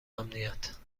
امنیت